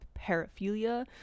paraphilia